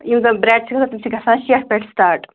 یِم زَن برٛٮ۪ڈ چھِ گژھان تِم چھِ گژھان شیٹھ پٮ۪ٹھ سِٹاٹ